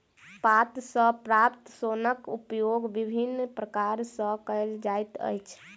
पात सॅ प्राप्त सोनक उपयोग विभिन्न प्रकार सॅ कयल जाइत अछि